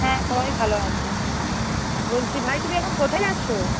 হ্যাঁ সবাই ভালো আছে বলছি ভাই তুমি এখন কোথায় আছ